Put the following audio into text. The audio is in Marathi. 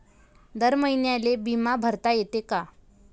दर महिन्याले बिमा भरता येते का?